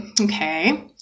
okay